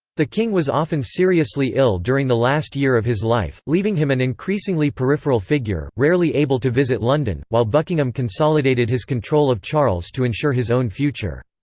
the king was often seriously ill during the last year of his life, leaving him an increasingly peripheral figure, rarely able to visit london, while buckingham consolidated his control of charles to ensure his own future.